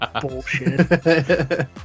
Bullshit